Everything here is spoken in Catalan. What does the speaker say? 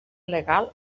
legal